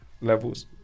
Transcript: levels